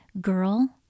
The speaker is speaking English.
girl